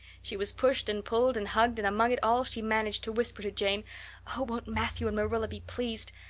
she was pushed and pulled and hugged and among it all she managed to whisper to jane oh, won't matthew and marilla be pleased!